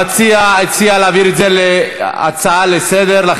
המציע הציע להפוך את זה להצעה לסדר-היום,